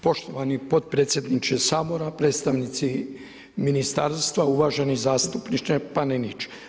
Poštovani potpredsjedniče Sabora, predstavnici ministarstva, uvaženi zastupniče Panenić.